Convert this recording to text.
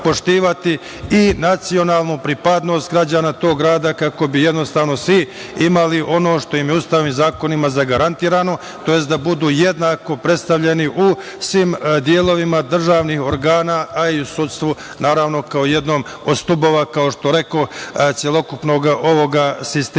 i nacionalnu pripadnost građana tog grada kako bi svi imalo ono što ime je Ustavom i zakonima zagarantovano, tj. da budu jednako predstavljeni u svim delovima državnih organa, a i u sudstvu, naravno, kao jednom od stubova, kao što rekoh, celokupnog ovog sistema. Mnogo